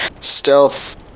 stealth